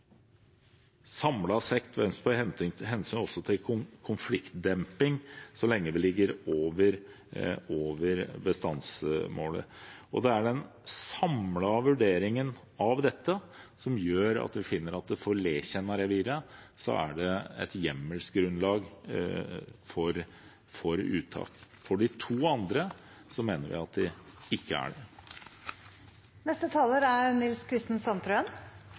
til konfliktdemping, så lenge vi ligger over bestandsmålet. Det er den samlede vurderingen av dette som gjør at vi finner at det for Letjennareviret er et hjemmelsgrunnlag for uttak. For de to andre mener vi at det ikke er